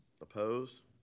Opposed